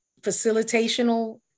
facilitational